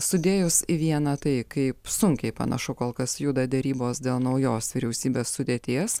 sudėjus į vieną tai kaip sunkiai panašu kol kas juda derybos dėl naujos vyriausybės sudėties